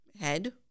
head